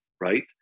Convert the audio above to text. right